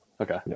Okay